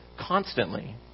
constantly